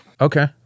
okay